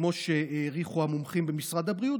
כמו שהעריכו המומחים במשרד הבריאות